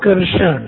विकर्षण